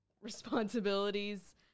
responsibilities